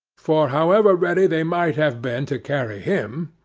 for, however ready they might have been to carry him,